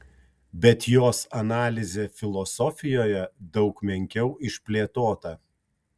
bet jos analizė filosofijoje daug menkiau išplėtota